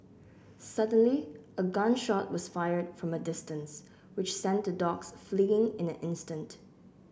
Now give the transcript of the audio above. suddenly a gun shot was fired from a distance which sent the dogs fleeing in an instant